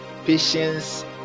Patience